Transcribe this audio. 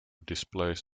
displayed